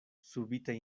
subite